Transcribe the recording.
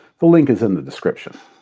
the link is in the description.